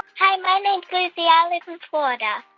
hi. my name's lucy. i live in florida.